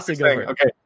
Okay